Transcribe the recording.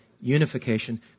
unification